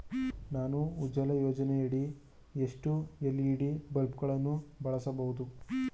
ನಾನು ಉಜಾಲ ಯೋಜನೆಯಡಿ ಎಷ್ಟು ಎಲ್.ಇ.ಡಿ ಬಲ್ಬ್ ಗಳನ್ನು ಬಳಸಬಹುದು?